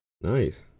nice